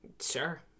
Sure